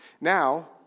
Now